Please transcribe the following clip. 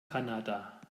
kanada